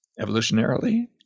Evolutionarily